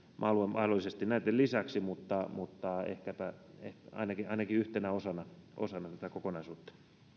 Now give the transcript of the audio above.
mahdollisesti näitten lisäksi mutta mutta ainakin ainakin yhtenä osana osana tätä kokonaisuutta